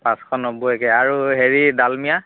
পাঁচশ নব্বৈকৈ আৰু হেৰি ডালমিয়া